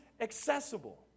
accessible